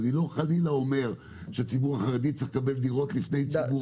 אני לא אומר חלילה שהציבור החרדי צריך לקבל דירות לפני ציבור אחר.